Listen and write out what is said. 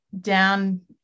down